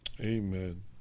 Amen